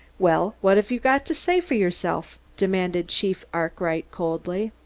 well, what have you got to say for yourself? demanded chief arkwright coldly.